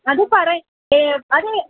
അത് പറയൂ ഏ അത്